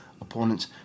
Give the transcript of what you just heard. opponents